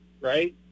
right